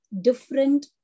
different